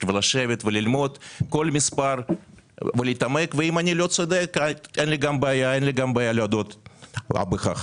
לשבת וללמוד כל מספר ואם אני לא צודק אין לי בעיה גם להודות בכך.